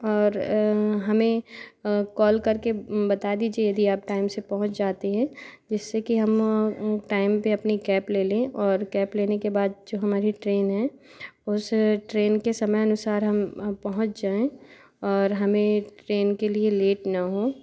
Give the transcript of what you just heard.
और हमें कॉल करके बता दीजिए यदि आप टाइम से पहुँच जाते है जिससे कि हम टाइम पर अपनी कैब ले लें और कैब लेने के बाद जो हमारी ट्रेन है उस ट्रेन के समय अनुसार हम वहाँ पहुँच जाएँ और हमें ट्रेन के लिए लेट न हो